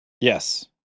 Yes